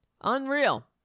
Unreal